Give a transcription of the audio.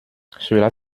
cela